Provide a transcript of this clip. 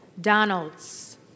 Donalds